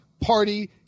party